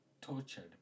tortured